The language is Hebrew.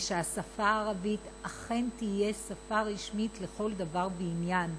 ושהשפה הערבית אכן תהיה שפה רשמית לכל דבר ועניין,